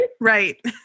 Right